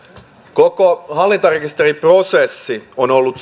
koko hallintarekisteriprosessi on ollut